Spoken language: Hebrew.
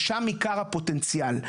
שם עיקר הפוטנציאל.